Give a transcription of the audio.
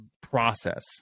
process